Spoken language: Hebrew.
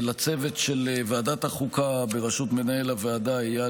לצוות של ועדת החוקה בראשות מנהל הוועדה איל